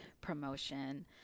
promotion